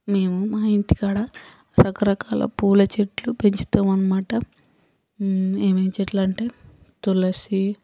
మేము మా ఇంటికాడ రకరకాల పూల చెట్లు పెంచుతాం అనమాట ఏమేమి చెట్లు అంటే తులసి